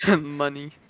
Money